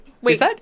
wait